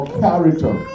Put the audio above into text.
character